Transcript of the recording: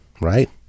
right